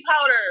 powder